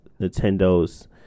nintendo's